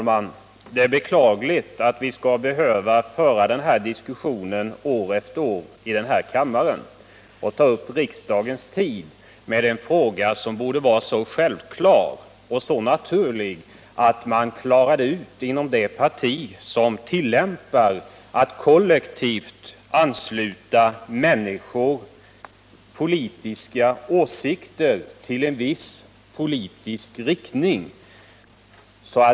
Herr talman! Det är beklagligt att vi skall behöva föra denna diskussion år efter år i den här kammaren och ta upp riksdagens tid med en fråga som det borde vara självklart att man klarade ut inom det parti som tillämpar systemet att kollektivt ansluta människor till en viss politisk riktning.